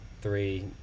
three